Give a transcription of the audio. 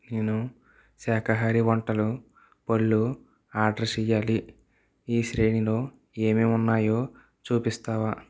నేను శాకాహార వంటలు పళ్ళు ఆర్డర్ చేయాలి ఈ శ్రేణిలో ఏమేం ఉన్నాయో చూపిస్తావా